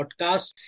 podcast